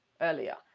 earlier